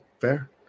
Fair